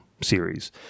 series